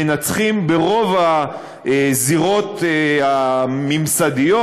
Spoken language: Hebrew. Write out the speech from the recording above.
מנצחים ברוב הזירות הממסדיות.